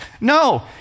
No